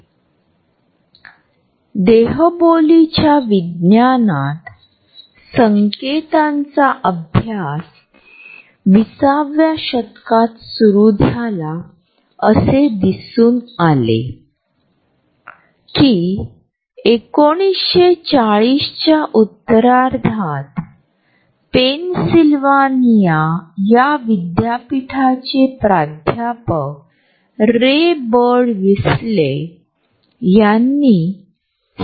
परंतु या गटात आपण पाहतो की तिसऱ्या व्यक्तीच्या तुलनेत दोन माणसे जास्त जवळ उभे आहेत आणि दुसऱ्या व्यक्तीच्या तुलनेत थोडा वेगळा असलेला तिसरा माणूस देहबोलीच्या इतर चिन्हांच्या सहाय्यानेही आपला अलग भाव दर्शवित आहे